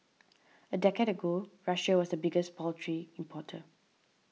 a decade ago Russia was the biggest poultry importer